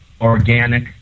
organic